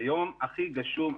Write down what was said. זה היום הכי גשום,